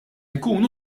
nkunu